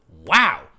Wow